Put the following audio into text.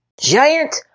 Giant